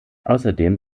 außerdem